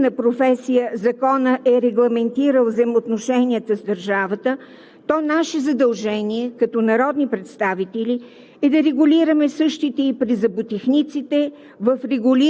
Ако за лекарите по дентална медицина, като регулирана професия, законът е регламентирал взаимоотношенията с държавата, то като народни представители